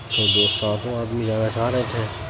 تو دو ساتوں آدمی جانا چاہ رہے تھے